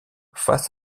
face